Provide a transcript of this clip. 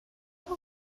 will